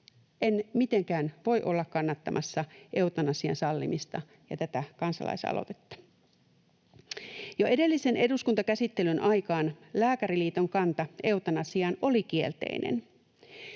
En mitenkään voi olla kannattamassa eutanasian sallimista ja tätä kansalaisaloitetta. Jo edellisen eduskuntakäsittelyn aikaan Lääkäriliiton kanta eutanasiaan oli kielteinen.